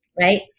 right